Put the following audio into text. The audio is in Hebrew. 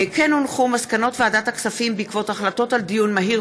מסקנות ועדת הכספים בעקבות דיון מהיר